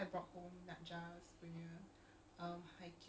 ya okay lah fun